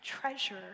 treasure